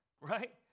right